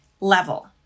level